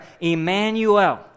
Emmanuel